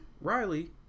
riley